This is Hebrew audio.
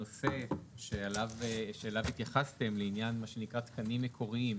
הנושא שאליו התייחסתם לעניין מה שנקרא: תקנים מקוריים,